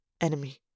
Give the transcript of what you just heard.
enemy